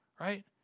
right